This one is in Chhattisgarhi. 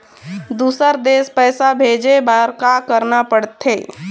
दुसर देश पैसा भेजे बार का करना पड़ते?